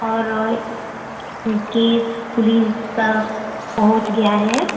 और case police तक पहुँच गया है